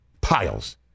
Piles